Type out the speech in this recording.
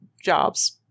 jobs